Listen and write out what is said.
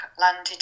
landed